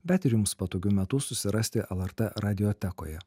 bet ir jums patogiu metu susirasti lrt radiotekoje